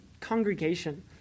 congregation